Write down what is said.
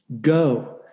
Go